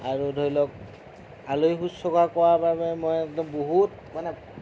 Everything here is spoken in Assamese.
আৰু ধৰি লওক আলহীক শুশ্ৰূষা কৰাৰ বাবে মই একদম বহুত মানে